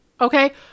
okay